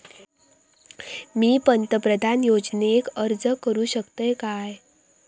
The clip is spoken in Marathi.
मी पंतप्रधान योजनेक अर्ज करू शकतय काय?